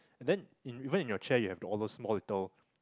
and then even in your chair you have those small little